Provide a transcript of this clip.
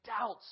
doubts